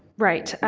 right,